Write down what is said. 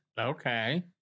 Okay